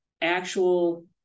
actual